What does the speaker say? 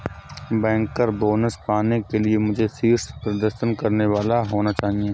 banker bonus पाने के लिए मुझे शीर्ष प्रदर्शन करने वाला होना चाहिए